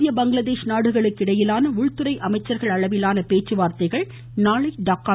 இந்திய பங்களாதேஷ் நாடுகளுக்கு இடையே உள்துறை அமைச்சர்கள் அளவிலான பேச்சுவார்த்தைகள் நாளை நடைபெறுகின்றன